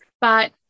But-